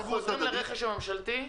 אנחנו חוזרים לרכש הממשלתי?